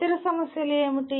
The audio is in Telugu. ఇతర సమస్యలు ఏమిటి